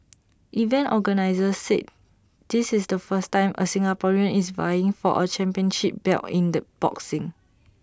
event organisers said this is the first time A Singaporean is vying for A championship belt in the boxing